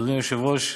אדוני היושב-ראש,